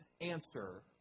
answer